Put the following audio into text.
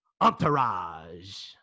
entourage